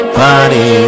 party